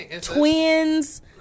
twins